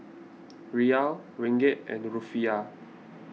Riyal Ringgit and Rufiyaa